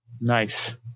Nice